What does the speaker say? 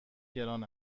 گران